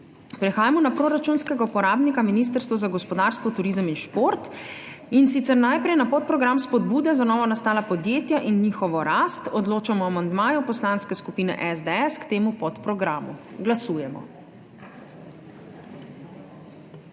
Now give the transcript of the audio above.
Prehajamo na proračunskega uporabnika Ministrstvo za gospodarstvo, turizem in šport, in sicer najprej na podprogram Spodbude za novonastala podjetja in njihovo rast. Odločamo o amandmaju Poslanske skupine SDS k temu podprogramu. Glasujemo.